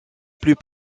plus